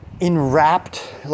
enwrapped